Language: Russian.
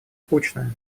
скучно